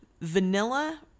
Vanilla